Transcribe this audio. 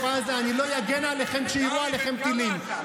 עזה: אני לא אגן עליכם כשיירו עליכם טילים.